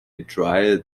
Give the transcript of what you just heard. drier